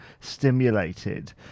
stimulated